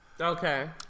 Okay